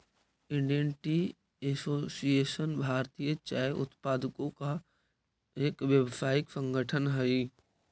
Indian tea association भारतीय चाय उत्पादकों का एक व्यावसायिक संगठन हई